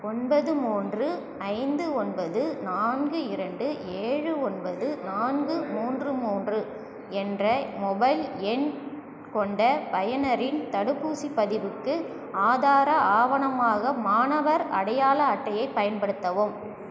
ஒன்பது மூன்று ஐந்து ஒன்பது நான்கு இரண்டு ஏழு ஒன்பது நான்கு மூன்று மூன்று என்ற மொபைல் எண் கொண்ட பயனரின் தடுப்பூசிப் பதிவுக்கு ஆதார ஆவணமாக மாணவர் அடையாள அட்டையை பயன்படுத்தவும்